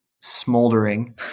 smoldering